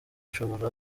ushobora